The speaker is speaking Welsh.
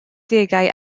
degau